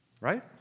Right